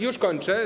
Już kończę.